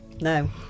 No